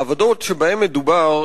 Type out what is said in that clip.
העבודות שבהן מדובר,